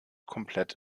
komplett